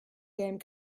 game